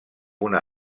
una